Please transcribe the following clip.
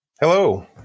Hello